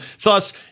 thus